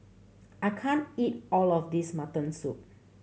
I can't eat all of this mutton soup